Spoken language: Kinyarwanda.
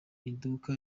iduka